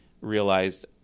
realized